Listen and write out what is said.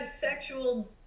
sexual